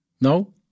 No